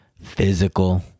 Physical